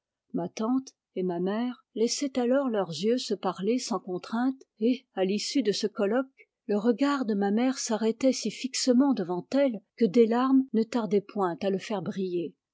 ma tante et ma mère laissaient alors leurs yeux se parler sans contrainte et à l'issue de ce colloque le regard de ma mère s'arrêtait si fixement devant elle que des larmes ne tardaient point à le faire briller